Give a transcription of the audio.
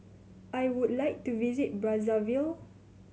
I would like to visit Brazzaville